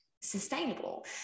sustainable